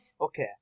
Okay